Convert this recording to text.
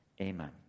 amen